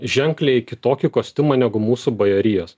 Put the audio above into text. ženkliai kitokį kostiumą negu mūsų bajorijos